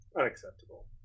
Unacceptable